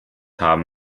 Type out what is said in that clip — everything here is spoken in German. haben